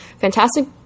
fantastic